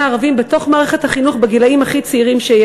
הערבים בתוך מערכת החינוך בגילים הכי צעירים.